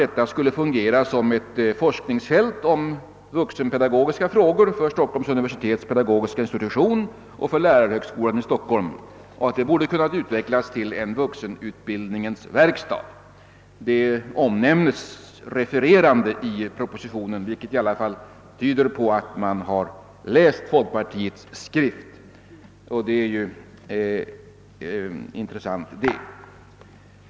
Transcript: Detta skulle fungera som ett forskningsfält om vuxenpedagogiska frågor för Stockholms universitets pedagogiska institution och för lärarhögskolan i Stockholm. Vi ansåg att detta borde kunna utvecklas till en vuxenutbildningens verkstad. Det omnämnes refererande i propositionen, vilket i alla fall tyder på att man läst folkpartiets skrift, och det är ju intressant.